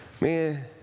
Man